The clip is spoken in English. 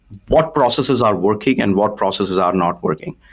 what processes are working and what processes are not working?